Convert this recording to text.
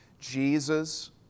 Jesus